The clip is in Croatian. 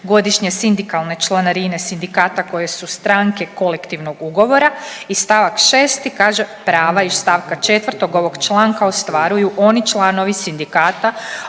godišnje sindikalne članarine sindikata koje su stranke kolektivnog ugovora. I st. 6. kaže prava iz st. 4. ovog članka ostvaruju oni članovi sindikata